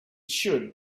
should